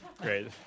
great